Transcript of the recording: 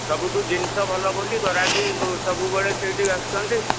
ସବୁଠୁ ଜିନିଷ ଭଲ ବୋଲି ଗରାଖ ସବୁବେଳେ ସେଇଠି ଆସୁଛନ୍ତି